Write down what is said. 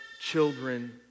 children